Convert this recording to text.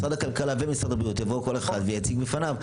משרדי הכלכלה והבריאות יביאו כל אחד ויציג בפניו.